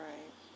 Right